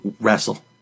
wrestle